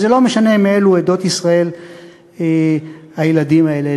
זה לא משנה מאילו עדות ישראל היו הילדים האלה.